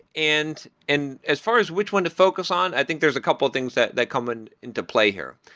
and and as far as which one to focus on, i think there's a couple of things that that come and into play here.